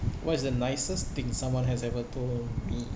what is the nicest thing someone has ever told me